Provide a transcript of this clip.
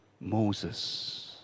Moses